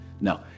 no